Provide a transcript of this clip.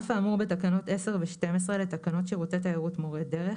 על אף האמור בתקנות 10 ו-12 לתקנות שירותי תיירות (מורי דרך),